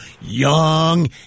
Young